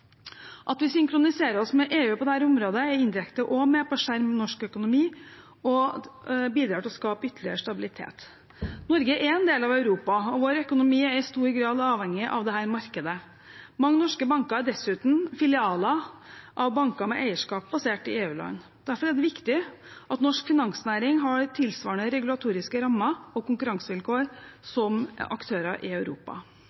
At vi synkroniserer oss med EU på dette området, er indirekte også med på å skjerme norsk økonomi og bidrar til å skape ytterligere stabilitet. Norge er en del av Europa, og vår økonomi er i stor grad avhengig av dette markedet. Mange norske banker er dessuten filialer av banker med eierskap basert i EU-land. Derfor er det viktig at norsk finansnæring har tilsvarende regulatoriske rammer og konkurransevilkår